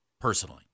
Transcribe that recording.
Personally